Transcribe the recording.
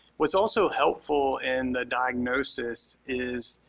what's also helpful in the diagnosis is